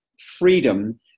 freedom